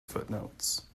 footnotes